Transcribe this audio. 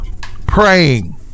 praying